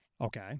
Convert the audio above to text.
Okay